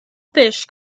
fish